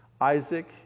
Isaac